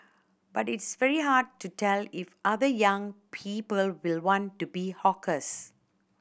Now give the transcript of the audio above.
but it's very hard to tell if other young people will want to be hawkers